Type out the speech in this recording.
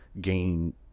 gain